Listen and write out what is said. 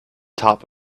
top